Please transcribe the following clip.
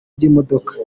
ry’imodoka